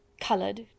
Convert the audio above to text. coloured